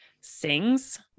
sings